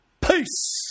Peace